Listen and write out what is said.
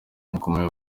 yakomeje